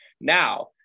Now